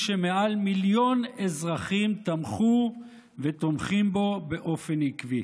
שמעל מיליון אזרחים תמכו ותומכים בו באופן עקבי.